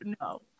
no